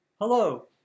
Hello